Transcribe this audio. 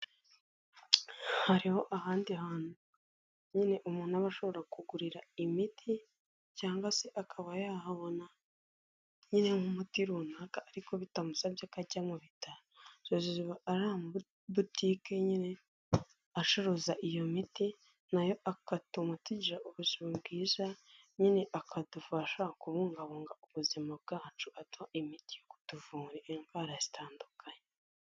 Hariho ahandi hantu; nyine umuntu aba ashobora kugurira imiti cyangwa se akaba yahabona nk'umuti runaka ariko bitamusabye ko ajya mu bitaro. Hari amabutike nyine acuruza iyo miti; nayo agatuma tugira ubuzima bwiza nyine akadufasha kubungabunga ubuzima bwacu aduha imiti yo kutuvura indwara zitandukanye.